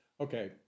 Okay